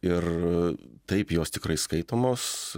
ir taip jos tikrai skaitomos